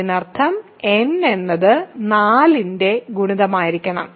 അതിനർത്ഥം n എന്നത് 4 ന്റെ ഗുണിതമായിരിക്കണം